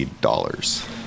dollars